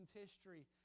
history